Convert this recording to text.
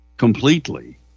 completely